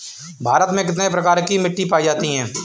भारत में कितने प्रकार की मिट्टी पायी जाती है?